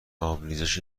آبریزش